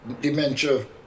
Dementia